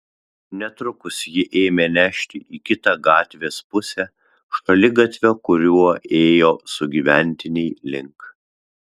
netrukus jį ėmė nešti į kitą gatvės pusę šaligatvio kuriuo ėjo sugyventiniai link